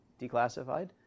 declassified